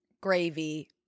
gravy